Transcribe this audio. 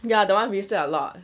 ya that one really sweat a lot